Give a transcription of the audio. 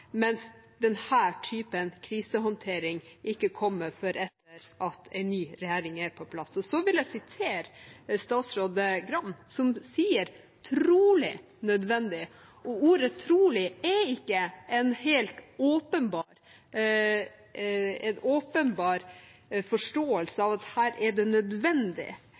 mens denne typen krisehåndtering ikke kommer før etter at en ny regjering er på plass. Og så vil jeg sitere statsråd Gram, som sier «trolig nødvendig», og ordet «trolig» er ikke en helt åpenbar forståelse av at her er det nødvendig.